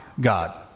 God